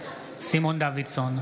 סימון דוידסון,